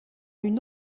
une